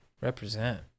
Represent